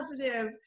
positive